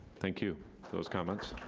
thank you for those comments.